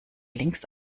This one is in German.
links